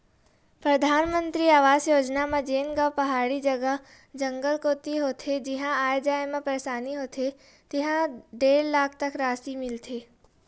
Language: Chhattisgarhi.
परधानमंतरी आवास योजना म जेन गाँव पहाड़ी जघा, जंगल कोती होथे जिहां आए जाए म परसानी होथे तिहां डेढ़ लाख तक रासि मिलथे